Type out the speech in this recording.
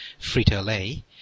Frito-Lay